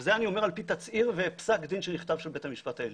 וזה אני אומר על פי תצהיר ופסק דין שנכתב של בית המשפט העליון,